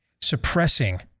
suppressing